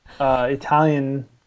Italian